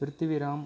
Prithviram